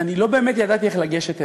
אני לא באמת ידעתי איך לגשת אליו.